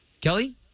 Kelly